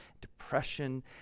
depression